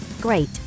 Great